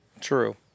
True